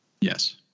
Yes